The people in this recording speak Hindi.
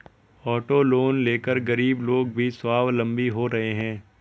ऑटो लोन लेकर गरीब लोग भी स्वावलम्बी हो रहे हैं